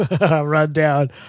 rundown